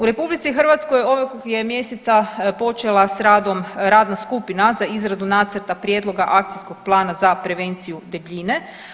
U RH ovog je mjeseca počela s radom radna skupina za izradu nacrta prijedloga Akcijskog plana za prevenciju debljine.